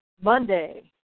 Monday